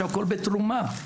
שהכול בתרומה,